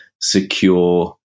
secure